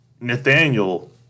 Nathaniel